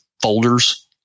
folders